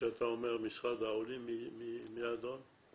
כשאתה אומר משרד העולים, מי האדון?